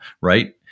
right